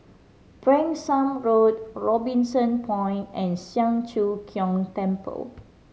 Branksome Road Robinson Point and Siang Cho Keong Temple